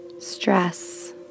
stress